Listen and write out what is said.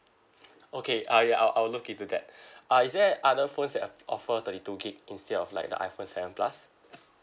okay I uh I'll I'll look into that uh is that other phones that are offer thirty two gig instead of like the iphone seven plus